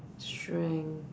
strength